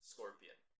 Scorpion